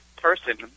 person